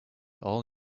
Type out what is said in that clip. all